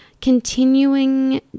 Continuing